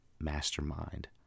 mastermind